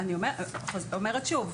אני אומרת שוב,